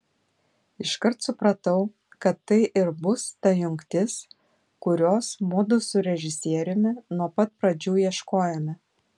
iškart supratau kad tai ir bus ta jungtis kurios mudu su režisieriumi nuo pat pradžių ieškojome